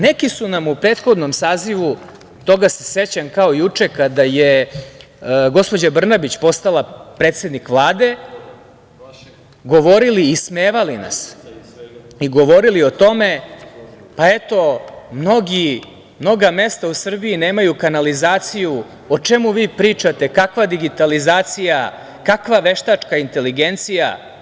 Neki su nam u prethodnom sazivu, toga se sećam kao juče, kada je gospođa Brnabić postala predsednik Vlade, govorili i ismevali nas, i govorili o tome, pa eto mnoga mesta u Srbiji nemaju kanalizaciju, o čemu vi pričate, kakva digitalizacija, kakva veštačka inteligencija?